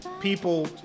people